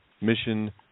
mission